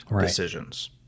decisions